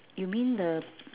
you mean the